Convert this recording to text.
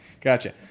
Gotcha